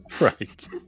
Right